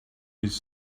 his